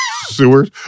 sewers